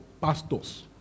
pastors